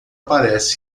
parece